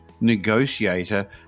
negotiator